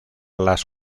las